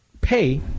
pay